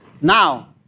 Now